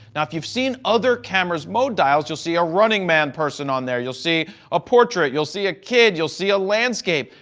now if you've seen other cameras mode dials, you'll see a running man person on there. you'll see a portrait. you'll see a kid. you'll see a landscape.